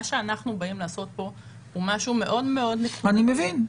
מה שאנחנו באים לעשות כאן זה משהו מאוד --- אני מבין,